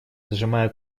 сжимая